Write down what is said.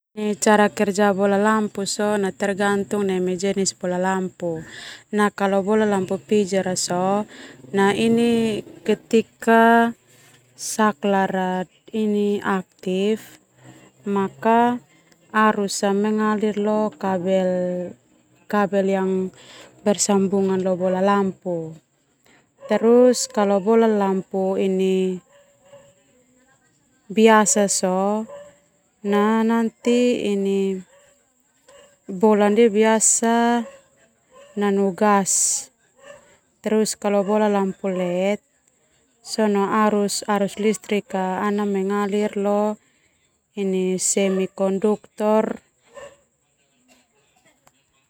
Cara kerja bola lampu sona tergantung neme jenis bola lampu mau. Nah kalau bola lampu pijar, ketika saklar ini aktif, maka arus yang mengalir lo kabel kabel yang bersambungan lo bola lampu. Terus kalo bola lampu biasa sona nanti ini bola nanu gas. Terus kalo bola lampu LED sona arus arus listrik ana mengalir lo in semikonduktor.